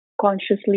consciously